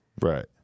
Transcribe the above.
Right